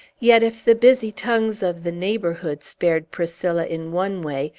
yet, if the busy tongues of the neighborhood spared priscilla in one way,